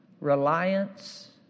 reliance